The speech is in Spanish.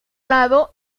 lado